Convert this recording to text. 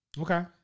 Okay